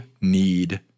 need